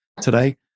today